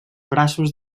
braços